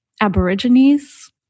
aborigines